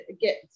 get